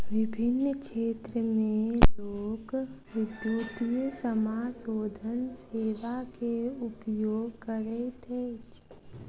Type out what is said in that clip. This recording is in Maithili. विभिन्न क्षेत्र में लोक, विद्युतीय समाशोधन सेवा के उपयोग करैत अछि